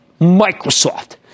Microsoft